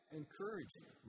encouraging